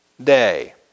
Day